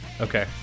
Okay